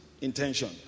intention